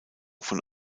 von